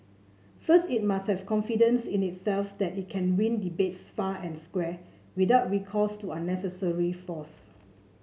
first it must have confidence in itself that it can win debates fair and square without recourse to unnecessary force